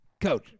Coach